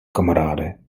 kamaráde